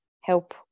help